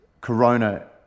Corona